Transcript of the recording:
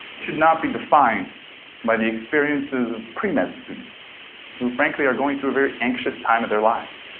should not be defined by the experiences of premed students who frankly are going through a very anxious time of their lives.